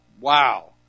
Wow